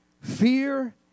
Fear